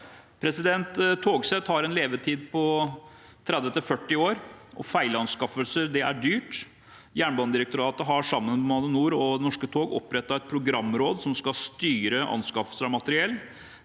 ruteplaner. Togsett har en levetid på 30–40 år, og feilanskaffelser er dyrt. Jernbanedirektoratet har sammen med Bane NOR og Norske tog opprettet et programråd som skal styre anskaffelser av materiell.